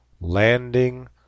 landing